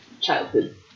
Childhood